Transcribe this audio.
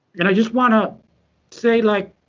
and i just want to say, like,